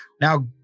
Now